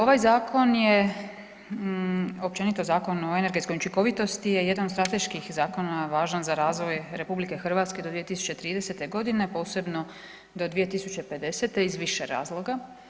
Ovaj zakon je, općenito Zakon o energetskoj učinkovitosti je jedan od strateških zakona važan za razvoj RH do 2030.g., posebno do 2050. iz više razloga.